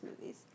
movies